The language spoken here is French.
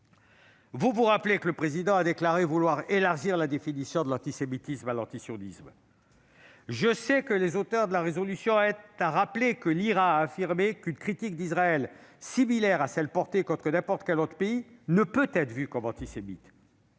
Le Président de la République a déclaré vouloir élargir la définition de l'antisémitisme à l'antisionisme. Je sais que les auteurs de la résolution aiment à rappeler que l'IHRA a affirmé qu'« une critique d'Israël similaire à celle portée contre n'importe quel autre pays ne peut être vue comme antisémite